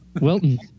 Wilton